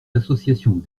associations